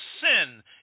sin